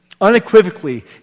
unequivocally